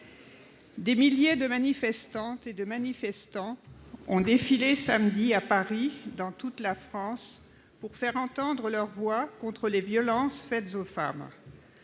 Des milliers de manifestantes et de manifestants ont défilé samedi à Paris et dans toute la France pour faire entendre leur voix contre les violences faites aux femmes.